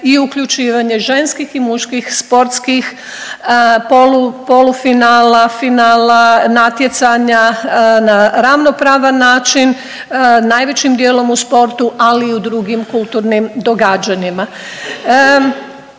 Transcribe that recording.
i uključivanje ženskih i muških sportskih polufinala, finala natjecanja na ravnopravan način najvećim dijelom u sportu ali i u drugim kulturnim događanjima.